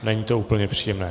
Není to úplně příjemné.